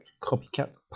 Copycat